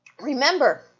Remember